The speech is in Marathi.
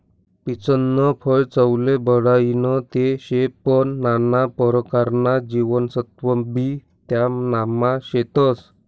पीचनं फय चवले बढाईनं ते शे पन नाना परकारना जीवनसत्वबी त्यानामा शेतस